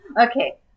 Okay